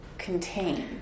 Contained